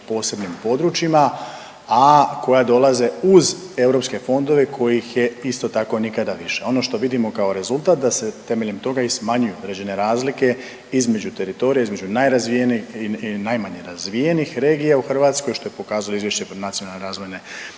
posebnim područjima, a koja dolaze uz EU fondove kojih je, isto tako, nikada više. Ono što vidimo kao rezultat, da se temeljem toga i smanjuju određene razlike između teritorija, između najrazvijenijih i najmanje razvijenih regija u Hrvatskoj, što pokazuje izvješće Nacionalne razvojne